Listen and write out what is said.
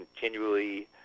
continually